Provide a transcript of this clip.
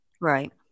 right